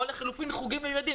או לחילופין חוגים לילדים